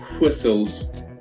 whistles